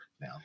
now